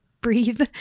breathe